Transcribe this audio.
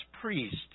priest